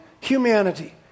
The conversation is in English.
humanity